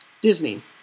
Disney